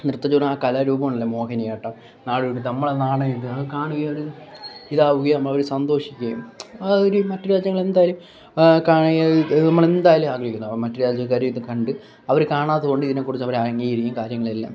നൃത്തച്ചുവടും ആ കലാരൂപവും ഉണ്ടല്ലോ മോഹിനിയാട്ടം നാടോടി നമ്മള് അത് കാണുകയും അത് ഇതാവുകയോ നമ്മള് സന്തോഷിക്കുകയോ ആ ഒരു മറ്റു രാജ്യങ്ങള് എന്തായാലും കാണുകയോ നമ്മള് എന്തായാലും ആഗ്രഹിക്കും മറ്റു രാജ്യക്കാര് ഇത് കണ്ട് അവര് കാണാത്തതുകൊണ്ട് ഇതിനെക്കുറിച്ച് അവര് അംഗീകരിക്കും കാര്യങ്ങളെല്ലാം